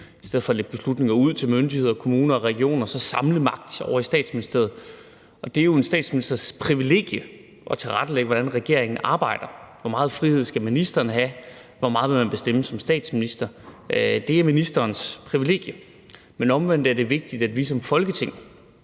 i stedet for at lægge beslutninger ud til myndigheder og kommuner og regioner, men altså samlet magten i Statsministeriet. Det er jo en statsministers privilegie at tilrettelægge, hvordan regeringen arbejder, hvor meget frihed ministeren skal have, hvor meget man vil bestemme som statsminister. Det er ministerens privilegie. Men omvendt er det vigtigt, at vi som Folketing